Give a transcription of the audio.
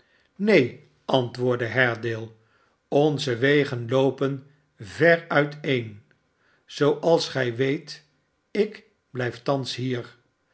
neen antwoordde haredale onze wegen loopen ver uiteen zooals gij weet ik blijf thans hier